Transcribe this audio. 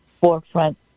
forefront